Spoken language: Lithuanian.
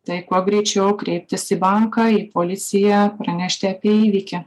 tai kuo greičiau kreiptis į banką į policiją pranešti apie įvykį